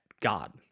God